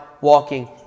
walking